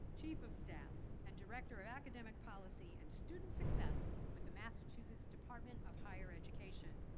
chief of staff and director of academic policy and student success with the massachusetts department of higher education.